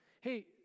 Hey